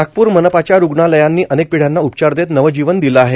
नागप्र मनपाच्या रुग्णालयांनी अनेक पिढ्यांना उपचार देत नवजीवन दिले आहे